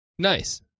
Nice